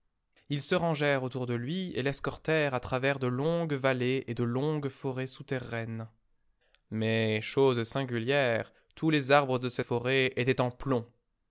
ils se rangèrent autour de lui et l'escortèrent à travers de longues vallées et de longues forêts souterraines mais chose singulière tous les arbres de ces forêts étaient en plomb